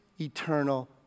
eternal